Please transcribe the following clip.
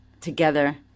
together